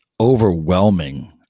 overwhelming